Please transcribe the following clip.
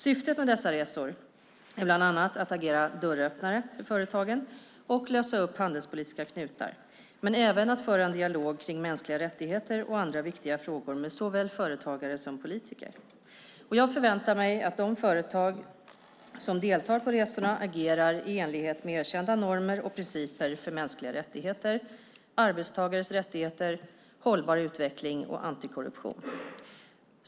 Syftet med dessa resor är bland annat att agera dörröppnare för företagen och lösa upp handelspolitiska knutar, men även att föra en dialog kring mänskliga rättigheter och andra viktiga frågor med såväl företagare som politiker. Jag förväntar mig att de företag som deltar på resorna agerar i enlighet med erkända normer och principer för mänskliga rättigheter, arbetstagares rättigheter, hållbar utveckling och anti-korruption.